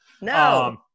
No